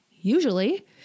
Usually